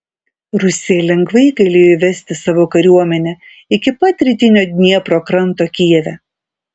rusija lengvai galėjo įvesti savo kariuomenę iki pat rytinio dniepro kranto kijeve